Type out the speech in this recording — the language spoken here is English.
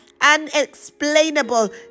unexplainable